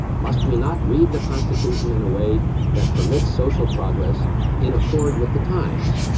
must we not read the constitution in a way that permits social progress in accord with the times?